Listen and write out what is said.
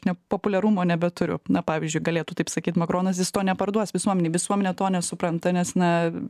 nepopuliarumo nebeturiu na pavyzdžiui galėtų taip sakyt makronas jis to neparduos visuomenei visuomenė to nesupranta nes na